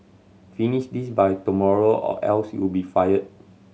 finish this by tomorrow or else you'll be fired